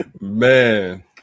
Man